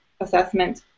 assessment